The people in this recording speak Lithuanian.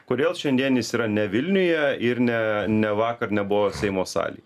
kodėl šiandien jis yra ne vilniuje ir ne ne vakar nebuvo seimo salėj